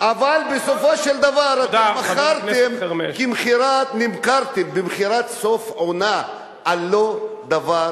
אבל בסופו של דבר נמכרתם במכירת סוף עונה על לא דבר,